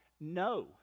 no